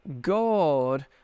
God